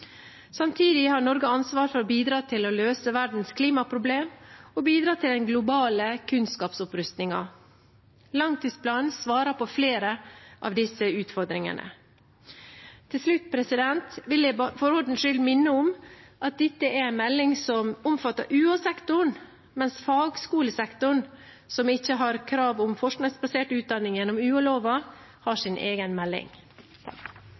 Samtidig har Norge ansvar for å bidra til å løse verdens klimaproblemer og å bidra til den globale kunnskapsopprustningen. Langtidsplanen svarer på flere av disse utfordringene. Til slutt vil jeg for ordens skyld minne om at dette er en melding som omfatter UH-sektoren, universitets- og høyskolesektoren, mens fagskolesektoren, som ikke har krav om forskningsbasert utdanning gjennom UH-loven, har sin egen melding.